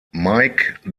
mike